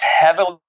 heavily